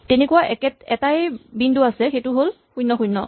তেনেকুৱা এটাই বিন্দু আছে সেইটো হৈছে ০ ০